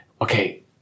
okay